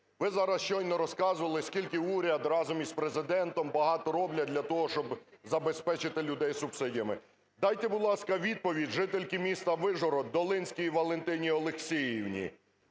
Ви зараз щойно розказували, скільки уряд разом із Президентом багато роблять для того, щоб забезпечити людей субсидіями. Дайте, будь ласка, відповідь жительці міста Вишгород Долинській Валентині Олексіївні,